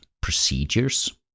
procedures